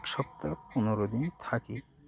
এক সপ্তাহ পনেরো দিন থাকি